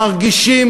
שמרגישים